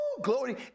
glory